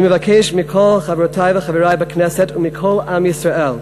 אני מבקש מכל חברותי וחברי בכנסת ומכל עם ישראל,